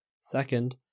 Second